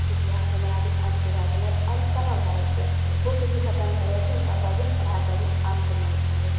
इतिहास हमर ई आब अन्त भै जएतै मगर अन्त कोना भै जएतै बुक भी खतम भै जाइ छै ने तबपर भी पढ़ाइ कभी अन्त नहि भेलै